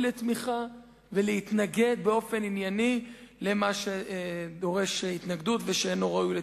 לתמיכה ולהתנגד באופן ענייני למה שדורש התנגדות ושאינו ראוי לתמיכה.